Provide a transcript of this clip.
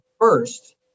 first